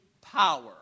power